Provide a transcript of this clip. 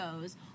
goes